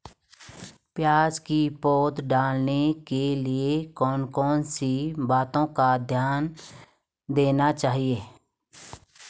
प्याज़ की पौध डालने के लिए कौन कौन सी बातों का ध्यान देना चाहिए?